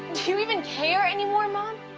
do you even care anymore, mom?